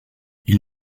ils